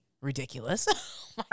ridiculous